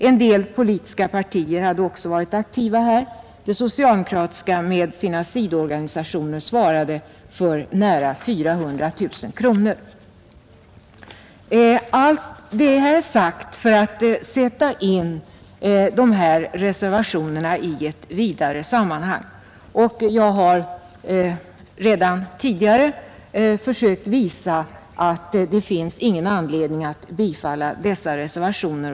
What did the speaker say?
En del politiska partier var också aktiva här; det socialdemokratiska med sina sidoorganisationer svarade för nära 400 000 kronor. Allt detta säger jag för att sätta in reservationerna i ett vidare sammanhang. Jag har redan tidigare försökt visa att det inte finns någon anledning att bifalla dessa reservationer.